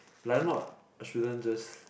like not shouldn't just